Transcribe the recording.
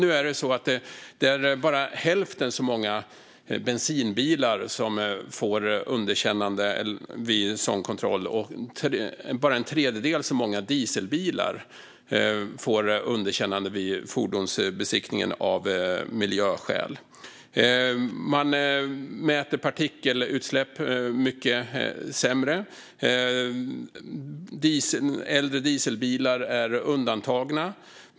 Nu är det bara hälften så många bensinbilar som får underkänt vid en sådan kontroll, och bara en tredjedel så många dieselbilar får underkänt av miljöskäl vid fordonsbesiktningen. Man mäter partikelutsläpp mycket sämre. Äldre dieselbilar är undantagna.